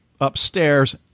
upstairs